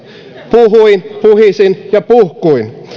puhuin puhisin ja puhkuin